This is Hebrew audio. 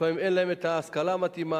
לפעמים אין להם השכלה מתאימה,